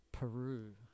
Peru